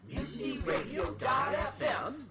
MutinyRadio.fm